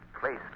placed